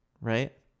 right